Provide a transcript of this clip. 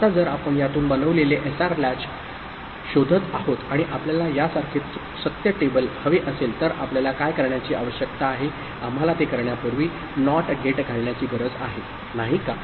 आता जर आपण यातून बनविलेले SR लॅच कुंडी शोधत आहोत आणि आपल्याला यासारखे तृथ सत्य टेबल हवे असेल तर आपल्याला काय करण्याची आवश्यकता आहे आम्हाला ते करण्यापूर्वी NOT गेट घालण्याची गरज आहे नाही का